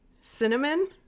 Cinnamon